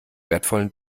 wertvollen